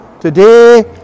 Today